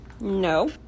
No